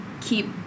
keep